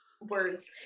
words